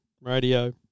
radio